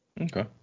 Okay